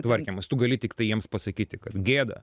tvarkymas tu gali tiktai jiems pasakyti kad gėda